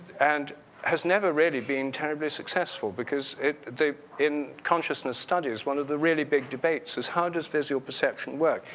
and has never really been terribly successful because it the in consciousness studies, one of the really big debates is how does visual perception work?